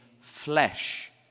flesh